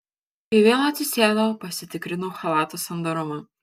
kai vėl atsisėdau pasitikrinau chalato sandarumą